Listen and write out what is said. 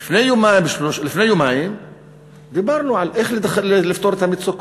לפני יומיים דיברנו על איך לפתור את המצוקות.